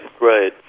right